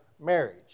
marriage